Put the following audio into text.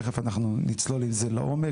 תכף אנחנו נצלול עם זה לעומק.